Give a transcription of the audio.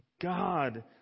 God